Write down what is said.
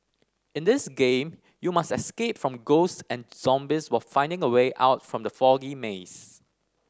in this game you must escape from ghosts and zombies while finding the way out from the foggy maze